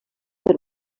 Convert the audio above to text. per